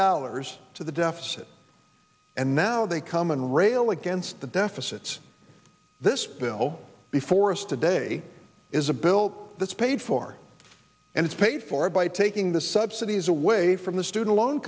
dollars to the deficit and now they come and rail against the deficits this bill before us today is a built that's paid for and it's paid for by taking the subsidies away from the student loan